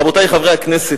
רבותי חברי הכנסת,